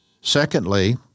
Secondly